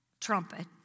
trumpet